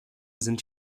sind